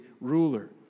ruler